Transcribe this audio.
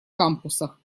кампусах